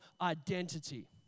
identity